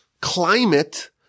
climate